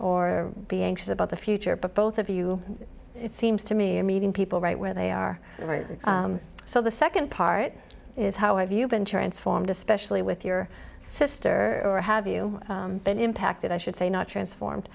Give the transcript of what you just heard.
or be anxious about the future but both of you it seems to me and meeting people right where they are right so the second part is how have you been transformed especially with your sister or have you been impacted i should say not transformed